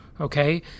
okay